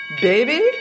Baby